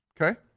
Okay